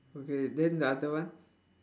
okay then the other one